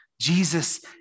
Jesus